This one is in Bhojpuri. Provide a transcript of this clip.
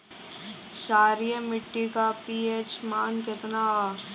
क्षारीय मीट्टी का पी.एच मान कितना ह?